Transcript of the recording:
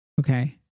Okay